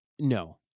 No